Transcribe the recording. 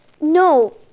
no